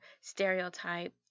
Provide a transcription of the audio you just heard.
stereotype